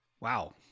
Wow